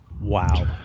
Wow